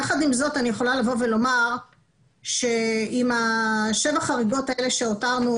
יחד עם זאת אני יכולה לבוא ולומר שעם שבע החריגות האלה שהותרנו,